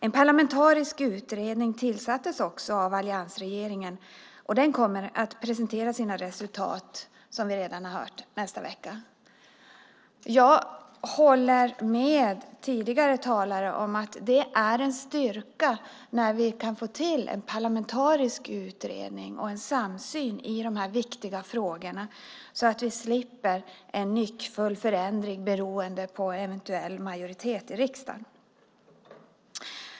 En parlamentarisk utredning tillsattes också av alliansregeringen. Den kommer, som vi redan hört, att presentera sina resultat nästa vecka. Jag håller med tidigare talare om att det är en styrka när vi kan få till en parlamentarisk utredning och en samsyn i dessa viktiga frågor så att vi slipper en nyckfull förändring beroende på eventuell majoritet i riksdagen.